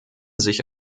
sich